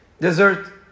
dessert